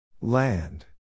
Land